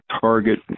target